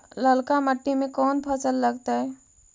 ललका मट्टी में कोन फ़सल लगतै?